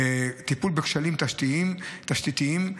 טיפול בקשיים תשתיתיים.